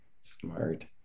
Smart